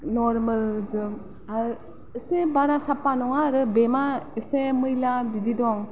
नर्मेलजोब आरो एसे बारा साफा नङा आरो बेमा एसे मैला बिदि दं